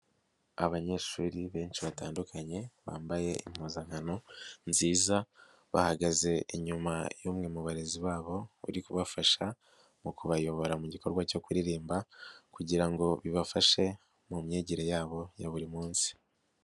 Abanyeshuri benshi batandukanye bambaye impuzankano nziza, bahagaze inyuma y'umwe mu barezi babo uri kubafasha mu kubayobora mu gikorwa cyo kuririmba kugira ngo bibafashe mu myigire yabo ya buri munsi.